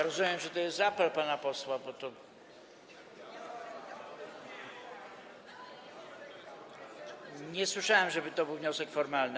Rozumiem, że to jest apel pana posła, bo nie słyszałem, żeby to był wniosek formalny.